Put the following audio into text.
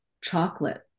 chocolate